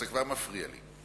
ואז אתה כבר מפריע לי.